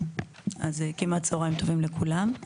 כמעט צוהריים טובים לכולם,